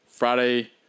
Friday